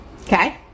Okay